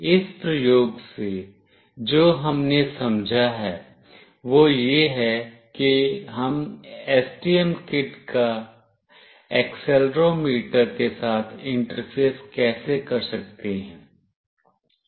इस प्रयोग से जो हमने समझा है वह यह है कि हम एसटीएम किट का एक्सेलेरोमीटर के साथ इंटरफेस कैसे कर सकते हैं